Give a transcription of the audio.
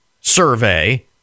survey